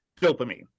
dopamine